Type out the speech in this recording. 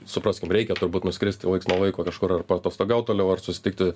supraskim reikia turbūt nuskristi laiks nuo laiko kažkur paatostogaut toliau ar susitikti